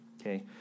okay